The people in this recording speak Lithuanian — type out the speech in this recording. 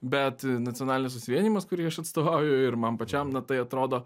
bet nacionalinis susivienijimas kurį aš atstovauju ir man pačiam na tai atrodo